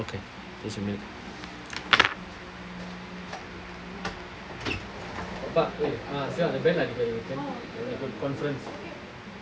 just a minute got conference